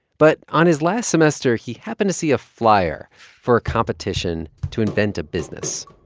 but on his last semester, he happened to see a flyer for a competition to invent a business